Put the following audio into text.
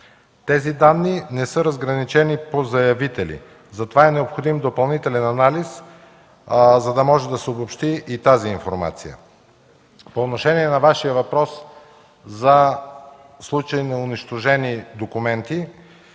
Тези данни не са разграничени по заявители, затова е необходим допълнителен анализ, за да може да се обобщи и тази информация. По отношение на Вашия въпрос за случаи на унищожени документи,